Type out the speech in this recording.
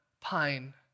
pine